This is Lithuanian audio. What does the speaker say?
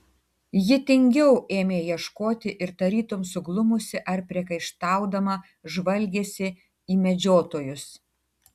ji tingiau ėmė ieškoti ir tarytum suglumusi ar priekaištaudama žvalgėsi į medžiotojus